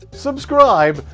subscribe,